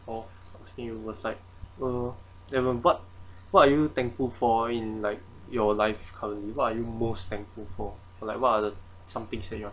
of say it was like uh evan what what are you thankful for in like your life currently what are you most thankful for like what the somethings that you are